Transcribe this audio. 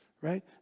right